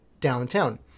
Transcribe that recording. downtown